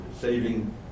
saving